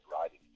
riding